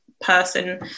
person